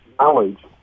knowledge